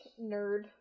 nerd